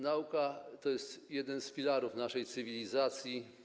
Nauka to jest jeden z filarów naszej cywilizacji.